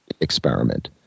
experiment